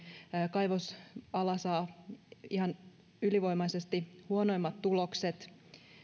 kaivosala saa ihan ylivoimaisesti huonoimmat tulokset